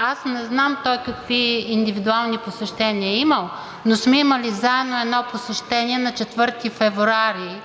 аз не знам той какви индивидуални посещения е имал, но сме имали заедно едно посещение на 4 февруари,